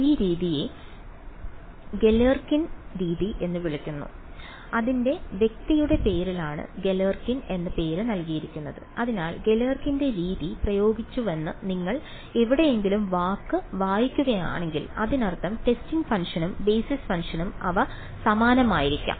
ഈ രീതിയെ ഗലേർകിൻ രീതി എന്ന് വിളിക്കുന്നു അതിന്റെ വ്യക്തിയുടെ പേരിലാണ് ഗലേർകിൻ എന്ന പേര് നൽകിയിരിക്കുന്നത് അതിനാൽ ഗലേർകിന്റെ രീതി പ്രയോഗിച്ചുവെന്ന് നിങ്ങൾ എവിടെയെങ്കിലും വാക്ക് വായിക്കുകയാണെങ്കിൽ അതിനർത്ഥം ടെസ്റ്റിംഗ് ഫംഗ്ഷനും ബേസിസ് ഫംഗ്ഷനും അവ സമാനമായിരിക്കാം